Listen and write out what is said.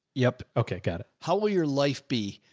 yup. okay. got it. how will your life be?